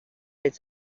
its